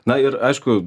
na ir aišku